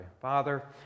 Father